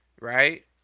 right